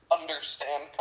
understand